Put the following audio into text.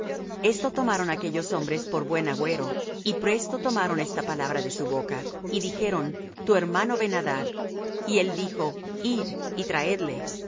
esto tomaron aquellos hombres por buen agüero y presto tomaron esta palabra de su boca y dijeron tu hermano ben adad y él dijo id y traedle